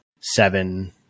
seven